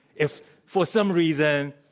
if for some reason,